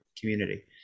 community